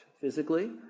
physically